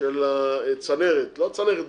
של הצנרת לא צנרת בחוץ,